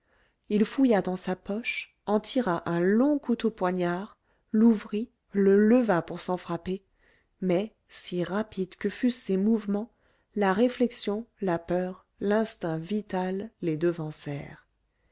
il fouilla dans sa poche en tira un long couteau poignard l'ouvrit le leva pour s'en frapper mais si rapides que fussent ses mouvements la réflexion la peur l'instinct vital les